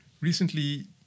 Recently